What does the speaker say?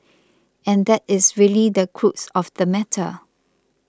and that is really the crux of the matter